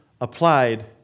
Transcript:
applied